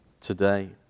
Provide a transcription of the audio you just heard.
today